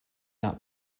not